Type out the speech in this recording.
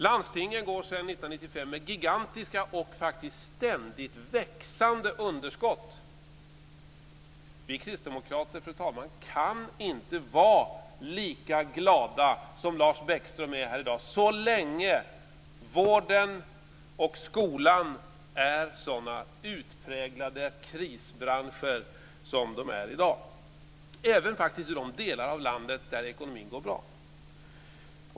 Landstingen har sedan 1995 gigantiska och faktiskt ständigt växande underskott. Vi kristdemokrater, fru talman, kan inte vara lika glada som Lars Bäckström så länge vården och skolan är sådana utpräglade krisbranscher som de är i dag. Det gäller faktiskt även i de delar av landet där ekonomin är bra.